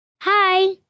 Hi